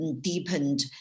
deepened